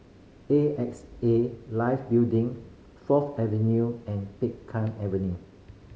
A X A Life Building Fourth Avenue and Peng Kang Avenue